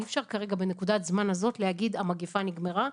אי-אפשר כרגע בנקודת הזמן הזאת להגיד שהמגפה נגמרה.